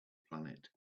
planet